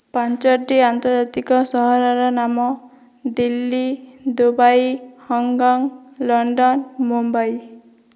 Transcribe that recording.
ପାଞ୍ଚଟି ଆନ୍ତର୍ଜାତିକ ସହରର ନାମ Delhi Dubai Hong Kong London Mumbai